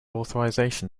authorisation